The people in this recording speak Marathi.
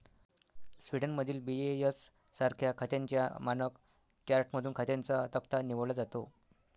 स्वीडनमधील बी.ए.एस सारख्या खात्यांच्या मानक चार्टमधून खात्यांचा तक्ता निवडला जातो